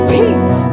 peace